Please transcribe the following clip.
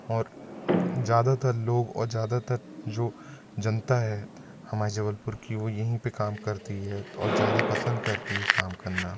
और ज़्यादातर लोग और ज़्यादातर जो जनता है हमाए जबलपुर की वो यहीं पे काम करती है और ज़्यादा पसंद करती है काम करना